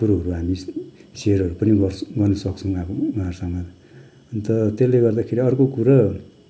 कुरोहरू हामी सेयरहरू पनि गर्छ गर्नु सक्छौँ अब उनीहरूसँग अन्त त्यसले गर्दाखेरि अर्को कुरो